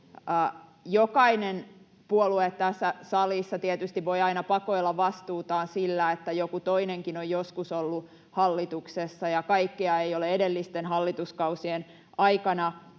Jokainen puolue tässä salissa tietysti voi aina pakoilla vastuutaan sillä, että joku toinenkin on joskus ollut hallituksessa ja kaikkea ei ole edellisten hallituskausien aikana